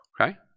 Okay